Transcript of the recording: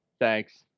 Thanks